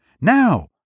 now